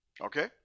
Okay